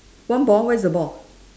one ball where is the ball